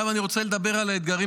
עכשיו אני רוצה לדבר על האתגרים